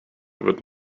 wird